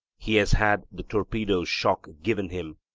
he has had the torpedo's shock given him,